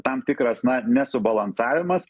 tam tikras na nesubalansavimas